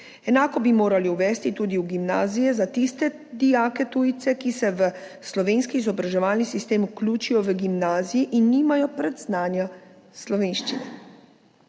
Enako bi morali uvesti tudi v gimnazije za tiste dijake tujce, ki se v slovenski izobraževalni sistem vključijo v gimnaziji in nimajo predznanja slovenščine.